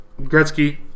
Gretzky